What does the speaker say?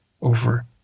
over